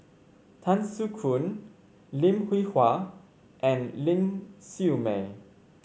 Tan Soo Khoon Lim Hwee Hua and Ling Siew May